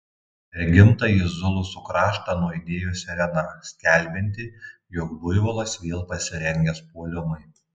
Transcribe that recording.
per gimtąjį zulusų kraštą nuaidėjo sirena skelbianti jog buivolas vėl pasirengęs puolimui